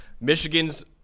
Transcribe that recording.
Michigan's